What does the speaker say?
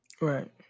Right